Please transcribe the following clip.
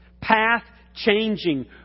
path-changing